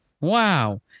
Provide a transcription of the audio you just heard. Wow